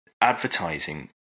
advertising